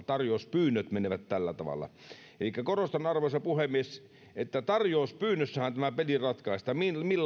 tarjouspyynnöt menevät tällä tavalla elikkä korostan arvoisa puhemies että tarjouspyynnössähän tämä peli ratkaistaan